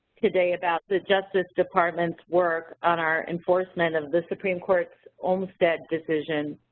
today about the justice department's work on our enforcement of the supreme court's olmstead decision.